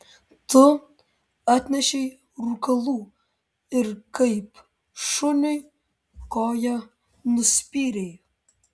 tu atnešei rūkalų ir kaip šuniui koja nuspyrei